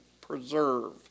preserve